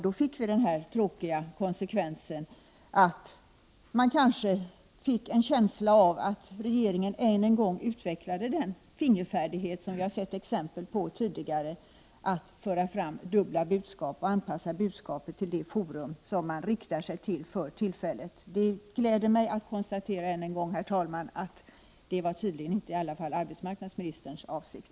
Då uppkom denna tråkiga konsekvens att man fick en känsla av att regeringen än en gång utvecklade den fingerfärdighet som vi har sett exempel på tidigare — att föra fram dubbla budskap och anpassa budskapet till det forum som man riktar sig till för tillfället. Det gläder mig, herr talman, att än en gång kunna konstatera att detta i alla fall tydligen inte var arbetsmarknadsministerns avsikt.